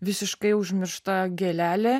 visiškai užmiršta gėlelė